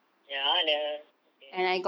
ya the okay